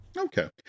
Okay